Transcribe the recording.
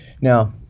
Now